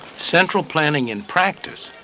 central planning, in practice,